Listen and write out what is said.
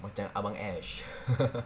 macam abang ash